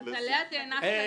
את עלה התאנה.